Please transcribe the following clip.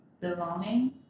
belonging